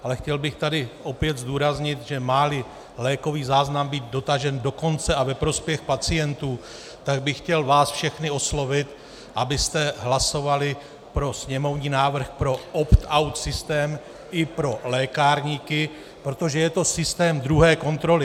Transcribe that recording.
Ale chtěl bych tady opět zdůraznit, že máli lékový záznam být dotažen do konce a ve prospěch pacientů, tak bych vás všechny chtěl oslovit, abyste hlasovali pro sněmovní návrh, pro optout systém i pro lékárníky, protože je to systém druhé kontroly.